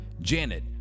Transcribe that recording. Janet